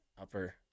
upper